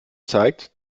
zeigt